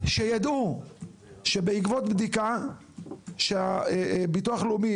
שידעו שבעקבות בדיקה שהביטוח הלאומי,